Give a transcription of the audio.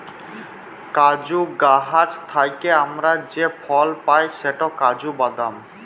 কাজু গাহাচ থ্যাইকে আমরা যে ফল পায় সেট কাজু বাদাম